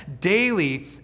daily